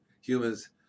humans